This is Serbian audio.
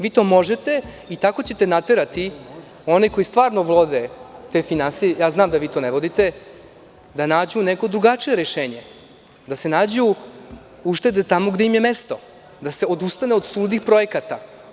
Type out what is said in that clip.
Vi to možete i tako ćete naterati one koji stvarno vode te finansije, znam vi to ne vodite, da nađu neko drugačije rešenje, da se nađu uštede tamo gde im je mesto, da se odustane od suludih projekata.